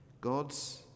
God's